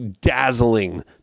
dazzling